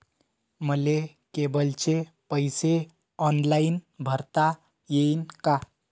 मले केबलचे पैसे ऑनलाईन भरता येईन का?